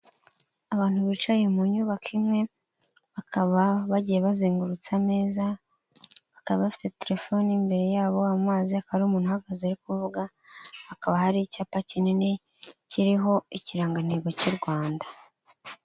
Abantu bicaye mu nyubako imwe bakaba bagiye bazengutse ameza, bakaba bafite telefoni, imbere yabo, amazi, hakaba hari umuntu uhagaze ari kuvuga, hakaba hari icyapa kinini kiriho ikirangantego cy'u Rwanda.